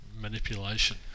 manipulation